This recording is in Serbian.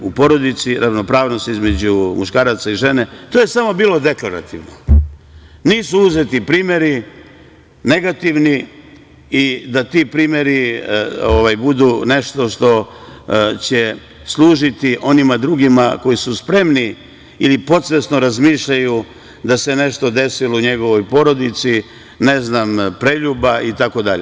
U porodici ravnopravnost između muškaraca i žene, to je samo bilo deklarativno, nisu uzeti primeri negativni i da ti primeri budu nešto što će služiti onima drugima, koji su spremni ili podsvesno razmišljaju da se nešto desilo njegovoj porodici, ne znam preljuba, itd.